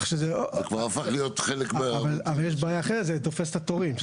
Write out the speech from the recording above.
יש בעיה אחרת, זה תופס את התורים.